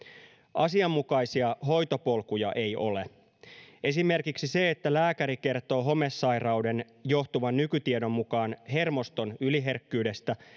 asianmukaisia hoitopolkuja ei ole esimerkiksi se että lääkäri kertoo homesairauden johtuvan nykytiedon mukaan hermoston yliherkkyydestä